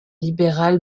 libéral